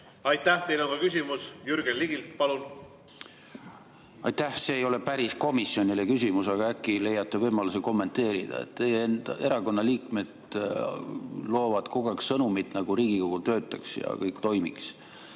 Aitäh! Teile on küsimus Jürgen Ligilt. Palun! Aitäh! See küsimus ei ole päris komisjonile, aga äkki leiate võimaluse kommenteerida. Teie enda erakonna liikmed loovad kogu aeg sõnumit, nagu Riigikogu töötaks ja kõik toimiks.